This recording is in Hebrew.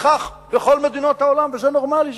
וכך בכל מדינות העולם וזה נורמלי.